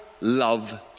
love